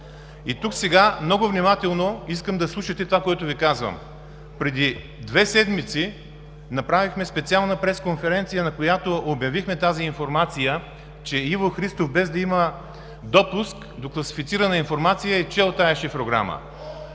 Сега много внимателно искам да слушате това, което Ви казвам. Преди две седмици направихме специална пресконференция, на която обявихме тази информация – че Иво Христов, без да има допуск до класифицирана информация, е чел тази шифрограма.